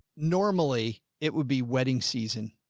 normally. it would be wedding season.